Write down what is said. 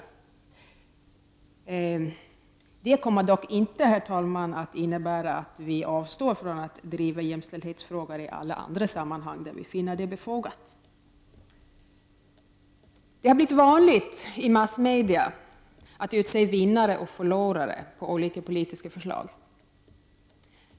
Men det kommer dock inte, herr talman, att innebära att vi avstår från att driva jämställdhetsfrågor i alla andra sammanhang där vi finner det befogat. Det har blivit vanligt i massmedia att utse vinnare och förlorare på olika politiska förslag.